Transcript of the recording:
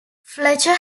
fletcher